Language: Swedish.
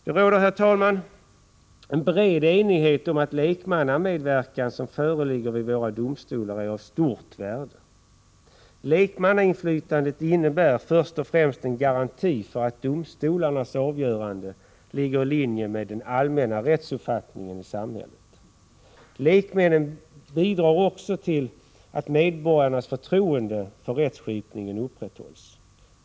Det råder, herr talman, en bred enighet om att den lekmannamedverkan som föreligger vid våra domstolar är av stort värde. Lekmannainflytandet innebär först och främst en garanti för att domstolarnas avgöranden ligger i linje med den allmänna rättsuppfattningen i samhället. Lekmännens medverkan bidrar också till att medborgarnas förtroende för rättsskipningen upprätthålls.